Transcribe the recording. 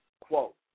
Quote